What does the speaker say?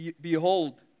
behold